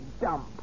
dump